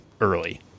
early